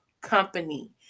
company